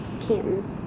Canton